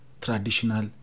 Traditional